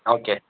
okay